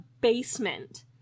basement